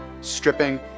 stripping